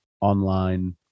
online